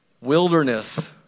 wilderness